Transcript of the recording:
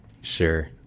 sure